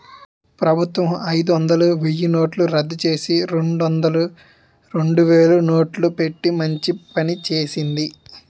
ప్రభుత్వం అయిదొందలు, వెయ్యినోట్లు రద్దుచేసి, రెండొందలు, రెండువేలు నోట్లు పెట్టి మంచి పని చేసింది